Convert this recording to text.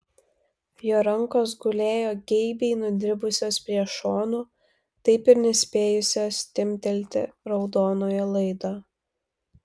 jo rankos gulėjo geibiai nudribusios prie šonų taip ir nespėjusios timptelti raudonojo laido